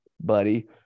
buddy